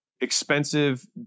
expensive